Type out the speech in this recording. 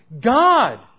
God